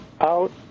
out